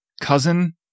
cousin